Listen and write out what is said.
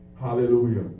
Hallelujah